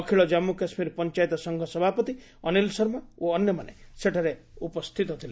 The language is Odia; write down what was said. ଅଖିଳ ଜାନ୍ମୁ କାଶ୍କୀର ପଞ୍ଚାୟତ ସଂଘ ସଭାପତି ଅନୀଲ ଶର୍ମା ଓ ଅନ୍ୟମାନେ ସେଠାରେ ଉପସ୍ଥିତ ଥିଲେ